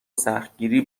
سختگیری